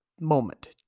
moment